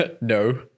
No